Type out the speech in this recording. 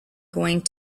going